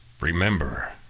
Remember